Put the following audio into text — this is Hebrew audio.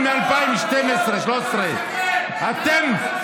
12 במאי 2013. אתה משקר.